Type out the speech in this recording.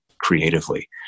creatively